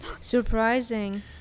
Surprising